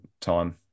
time